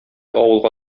авылга